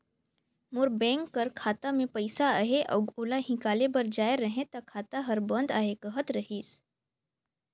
मोर bank कर खाता में पइसा अहे अउ ओला हिंकाले बर जाए रहें ता खाता हर बंद अहे कहत रहिस